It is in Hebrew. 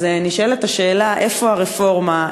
אז נשאלת השאלה: איפה הרפורמה?